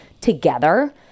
together